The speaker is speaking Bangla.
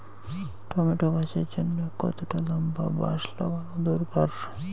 টমেটো গাছের জন্যে কতটা লম্বা বাস লাগানো দরকার?